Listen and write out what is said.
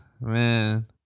man